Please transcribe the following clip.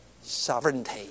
sovereignty